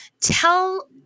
Tell